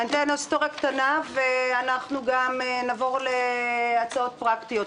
אציג היסטוריה קטנה וגם נעבור להצעות פרקטיות,